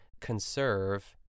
conserve